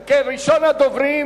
אם כן, ראשון הדוברים,